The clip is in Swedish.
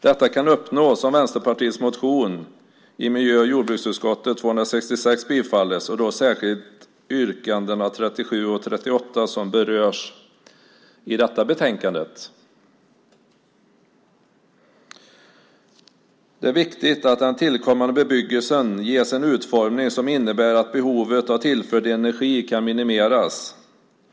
Detta kan uppnås om Vänsterpartiets motion i miljö och jordbruksutskottet 266 bifalles och då särskilt yrkandena 37 och 38 som berörs i detta betänkande. Det är viktigt att den tillkommande bebyggelsen ges en utformning som innebär att behovet av tillförd energi kan minimeras.